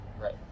Right